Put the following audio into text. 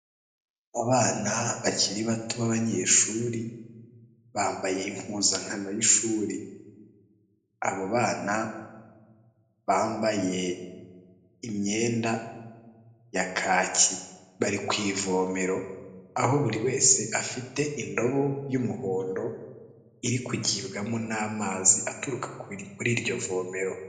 Abana bakiri bato b'abanyeshuri bambaye impuzankano y'ishuri, abo bana bambaye imyenda ya kaki, bari ku ivomero aho buri wese afite indobo y'umuhondo iri kugibwamo n'amazi aturuka muri iryo vomero.